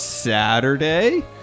saturday